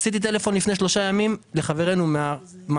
עשיתי טלפון לפני שלושה ימים לחברינו מהחקלאות,